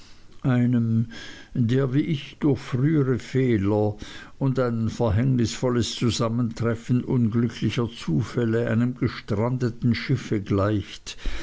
einem der wie ich durch frühere fehler und ein verhängnisvolles zusammentreffen unglücklicher zufälle einem gestrandeten schiffe gleicht